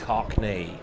Cockney